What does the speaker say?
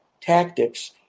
tactics